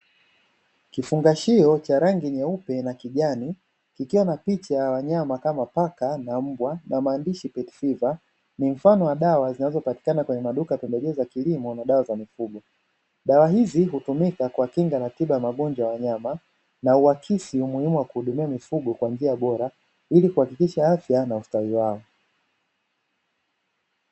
Kifungashio cha rangi nyeupe na kijani kukiwa na picha ya wanyama kama paka na mbwa na maandishi, ni mfano wa dawa zinazopatikana kilimo na dawa za mifugo dawa hizi hutumika kwa kinga ratiba ya magonjwa ya nyama na uhakisi umuhimu wa kuhudumia mifugo kwa njia bora ili kuhakikisha afya na ustawi wao.